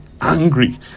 angry